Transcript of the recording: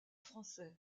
français